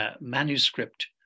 manuscript